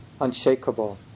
unshakable